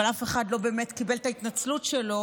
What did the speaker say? אבל אף אחד לא באמת קיבל את ההתנצלות שלו,